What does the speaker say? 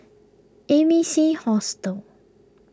A B C Hostel